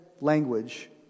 language